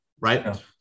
right